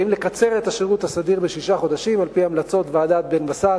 אם לקצר את השירות הסדיר בשישה חודשים על-פי המלצות ועדת בן-בסט.